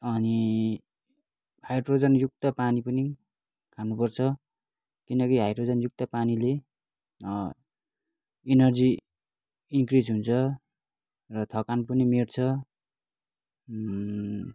अनि हाइड्रोजन युक्त पानी पनि खानुपर्छ किनकि हाइड्रोजन युक्त पानीले इनर्जी इन्क्रिज हुन्छ र थकान पनि मेट्छ